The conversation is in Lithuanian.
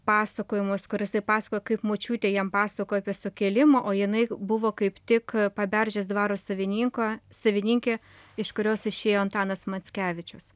pasakojimus kur jisai pasakoja kaip močiutė jam pasakojo apie sukėlimą o jinai buvo kaip tik paberžės dvaro savininko savininkė iš kurios išėjo antanas mackevičius